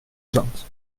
zand